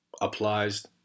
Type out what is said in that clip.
applies